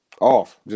Off